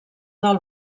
del